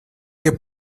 que